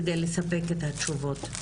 כדי לספק את התשובות.